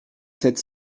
sept